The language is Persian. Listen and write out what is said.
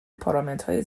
پارامترهای